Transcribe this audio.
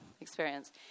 experience